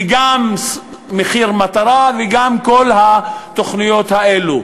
וגם מחיר מטרה וגם כל התוכניות האלו.